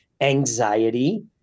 anxiety